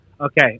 okay